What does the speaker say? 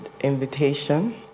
invitation